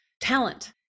talent